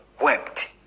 wept